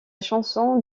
chanson